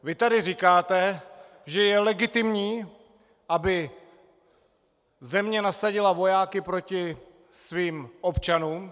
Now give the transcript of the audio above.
Vy tady říkáte, že je legitimní, aby země nasadila vojáky proti svým občanům.